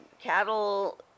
cattle